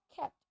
kept